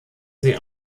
sie